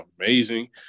amazing